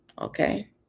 Okay